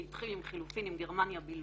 זה התחיל עם חילופין עם גרמניה בלבד,